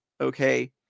Okay